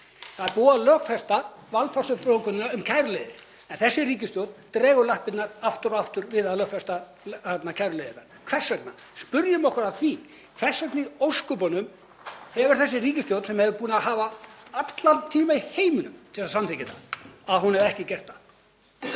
Það er búið að lögfesta valfrjálsu bókunina um kæruleiðir en þessi ríkisstjórn dregur lappirnar aftur og aftur við að lögfesta kæruleiðirnar. Hvers vegna? Spyrjum okkur að því. Hvers vegna í ósköpunum hefur þessi ríkisstjórn, sem er búin að hafa allan tíma í heiminum til að samþykkja þetta, hvers vegna